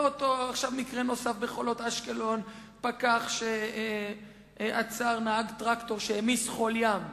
עכשיו מקרה נוסף בחולות אשקלון: פקח שעצר נהג טרקטור שהעמיס חול ים,